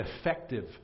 effective